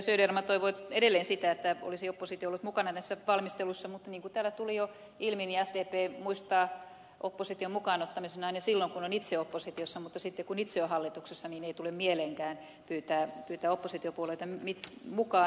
söderman toivoi edelleen sitä että olisi oppositio ollut mukana näissä valmisteluissa mutta niin kuin täällä tuli jo ilmi sdp muistaa opposition mukaan ottamisen aina silloin kun on itse oppositiossa mutta sitten kun itse on hallituksessa ei tule mieleenkään pyytää oppositiopuolueita mukaan